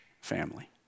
family